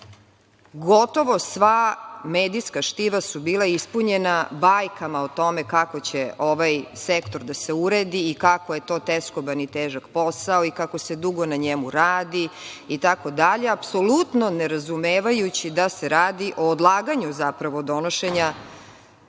plate. Gotovo sva medijska štiva su bila ispunjena bajkama o tome kako će ovaj sektor da se uredi i kako je to teskoban i težak posao, kako se dugo na njemu radi itd, apsolutno nerazumevajući da se radi o odlaganju donošenja